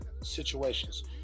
situations